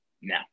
No